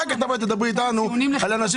אחר כך תבואי לדבר איתנו על הנשים